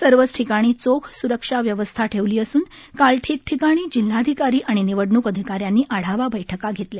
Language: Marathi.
सर्वच ठिकाणी चोख स्रक्षा व्यवस्था ठेवली असून काल ठिकठिकाणी जिल्हाधिकारी आणि निवडणूक अधिकाऱ्यांनी आढावा बैठका घेतल्या